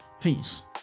peace